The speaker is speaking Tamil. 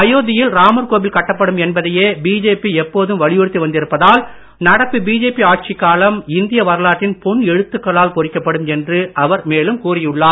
அயோத்தியில் ராமர் கோவில் கட்டப்படும் என்பதையே பிஜேபி எப்போதும் வலியுறுத்தி வந்திருப்பதால் நடப்பு பிஜேபி ஆட்சிக் காலம் இந்திய வரலாற்றின் பொன் எழுத்துக்களால் பொறிக்கப்படும் என்று அவர் மேலும் கூறியுள்ளார்